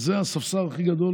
זה הספסר הכי גדול